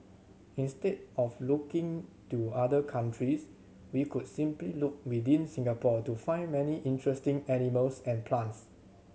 instead of looking to other countries we could simply look within Singapore to find many interesting animals and plants